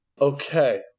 Okay